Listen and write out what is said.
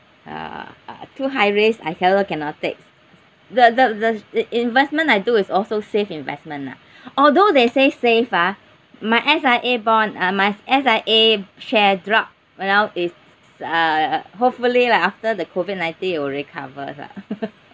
uh too high risk I also cannot take the the the the investment I do is also safe investment lah although they say safe ah my S_I_A bond uh my S_I_A share drop you know is uh hopefully lah after the COVID nineteen it will recover lah